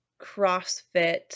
CrossFit